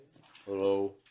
Hello